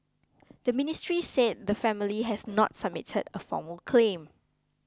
the ministry said the family has not submitted a formal claim